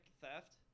theft